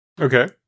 Okay